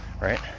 right